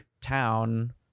town